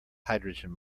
hydrogen